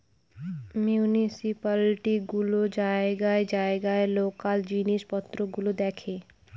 municipality গুলো জায়গায় জায়গায় লোকাল জিনিস পত্র গুলো দেখে